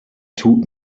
tut